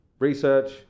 Research